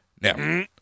Now